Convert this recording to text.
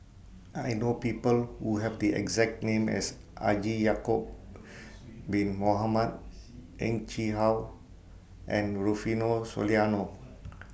I know People Who Have The exact name as Haji Ya'Acob Bin Mohamed Heng Chee How and Rufino Soliano